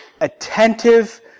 attentive